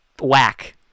whack